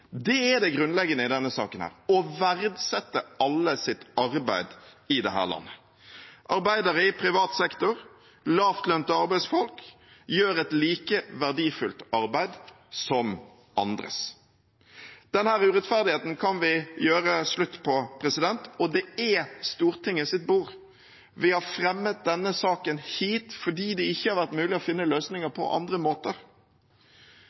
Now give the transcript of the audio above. Det er det grunnleggende i denne saken: å verdsette alles arbeid i dette landet. Arbeidere i privat sektor, lavtlønte arbeidsfolk, gjør et like verdifullt arbeid som andre. Denne urettferdigheten kan vi gjøre slutt på, og det er Stortingets bord. Vi har fremmet denne saken her, fordi det ikke har vært mulig å finne løsninger på andre måter.